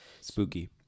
Spooky